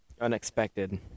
unexpected